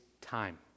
time